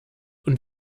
und